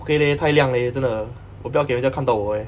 不可以 leh 太亮 leh 真的我不要给人家看到我 eh